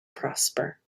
prosper